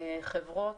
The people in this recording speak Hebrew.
חברות,